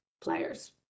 players